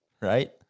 Right